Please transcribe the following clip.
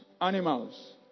animals